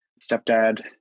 stepdad